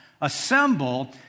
Assemble